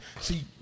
See